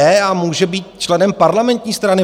A může být členem parlamentní strany.